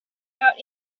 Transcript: out